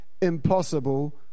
impossible